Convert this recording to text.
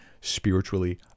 spiritually